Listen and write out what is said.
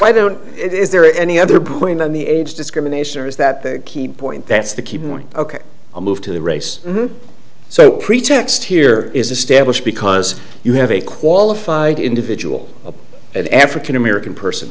i don't it is there any other point on the age discrimination or is that the key point that's the key point ok a move to the race so pretext here is established because you have a qualified individual at african american person